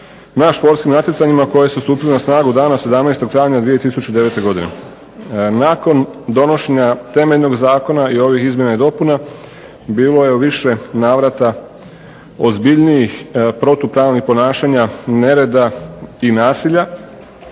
na športskim natjecanjima koje su stupile na snagu dana 17. travnja 2009. godine. Nakon donošenja temeljnog zakona i ovih izmjena i dopuna bilo je u više navrata ozbiljnijih protupravnih ponašanja, nereda i nasilja